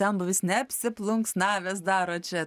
senbuvis neapsiplunksnavęs daro čia